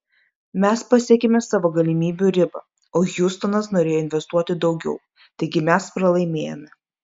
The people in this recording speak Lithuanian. mes pasiekėme savo galimybių ribą o hjustonas norėjo investuoti daugiau taigi mes pralaimėjome